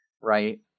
right